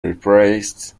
replaced